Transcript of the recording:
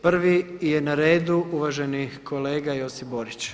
Prvi je na redu uvaženi kolega Josip Borić.